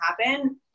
happen